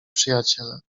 przyjaciele